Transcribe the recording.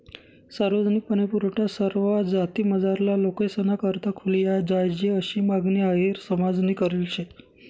सार्वजनिक पाणीपुरवठा सरवा जातीमझारला लोकेसना करता खुली जोयजे आशी मागणी अहिर समाजनी करेल शे